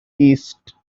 east